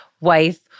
wife